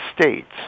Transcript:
States